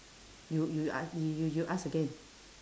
you you ask me you you ask again